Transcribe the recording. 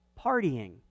partying